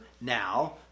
now